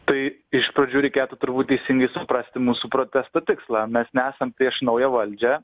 tai iš pradžių reikėtų turbūt teisingai suprasti mūsų protesto tikslą mes nesam prieš naują valdžią